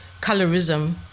colorism